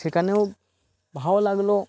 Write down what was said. সেখানেও ভালো লাগলো